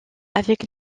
avec